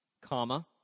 comma